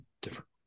different